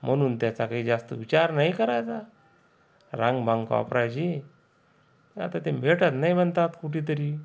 म्हणून त्याचा काही जास्त विचार नाही करायचा रांगबांग वापरायची ते आता ते भेटत नाही म्हणतात कुठेतरी